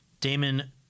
Damon